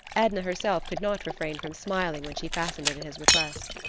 edna herself could not refrain from smiling when she fastened it at his request.